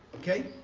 ok?